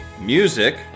Music